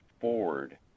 forward